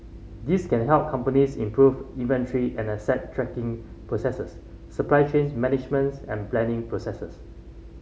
these can help companies improve inventory and asset tracking processes supply chains managements and planning processes